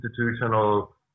institutional